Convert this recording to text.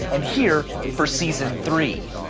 and here for season three.